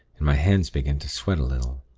and my hands began to sweat a little.